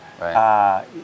right